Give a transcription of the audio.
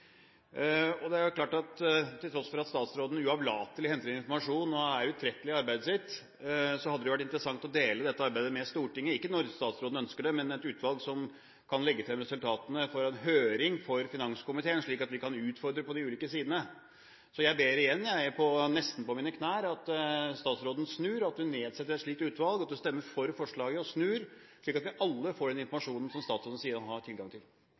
Det er klart at til tross for at statsråden uavlatelig henter inn informasjon og er utrettelig i arbeidet sitt, hadde det vært interessant å dele dette arbeidet med Stortinget – ikke når statsråden ønsker det, men ved utvalg som kan legge frem resultatene i en høring for finanskomiteen, slik at vi kan utfordre på de ulike sidene. Jeg ber igjen, nesten på mine knær, om at statsråden snur og nedsetter et slikt utvalg, og at det stemmes for forslaget, slik at vi alle får den informasjonen som statsråden sier han har tilgang til.